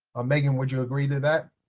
megan, would you agree to that?